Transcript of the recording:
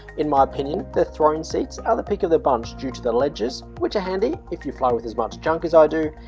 in my opinion the throne seats are the pick of the bunch due to the ledges which are handy if you fly with as much junk as i do,